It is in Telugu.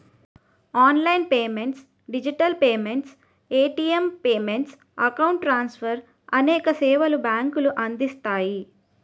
online payments digital payments, ATM payments, account transfer అనేక సేవలు బ్యాంకులు అందిస్తాయి